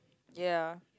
ya